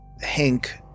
Hank